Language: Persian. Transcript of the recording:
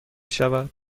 شود